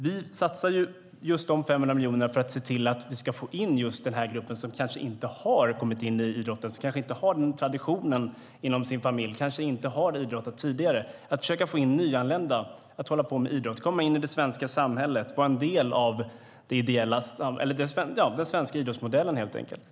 Vi satsar dessa 500 miljoner för att se till att få in den grupp som kanske inte har kommit in i idrotten, som kanske inte har den traditionen inom sin familj och kanske inte har idrottat tidigare. Vi försöker få nyanlända att hålla på med idrott och komma in i det svenska samhället - vara en del av den svenska idrottsmodellen, helt enkelt.